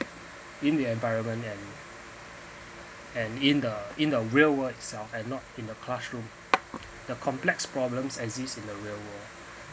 in the environment and and in the in the real world itself not in the classroom the complex problems exist in the real world